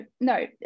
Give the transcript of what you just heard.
no